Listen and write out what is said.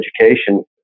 education